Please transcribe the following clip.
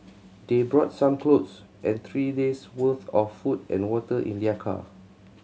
they brought some clothes and three days' worth of food and water in their car